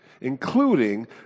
including